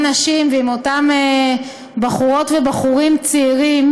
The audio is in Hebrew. נשים ועם אותם בחורות ובחורים צעירים,